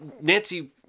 Nancy